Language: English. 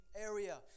area